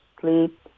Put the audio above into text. sleep